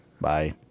Bye